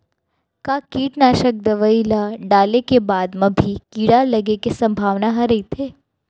का कीटनाशक दवई ल डाले के बाद म भी कीड़ा लगे के संभावना ह रइथे?